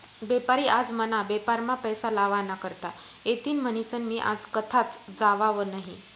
बेपारी आज मना बेपारमा पैसा लावा ना करता येतीन म्हनीसन मी आज कथाच जावाव नही